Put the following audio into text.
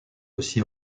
aussi